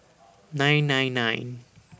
nine nine nine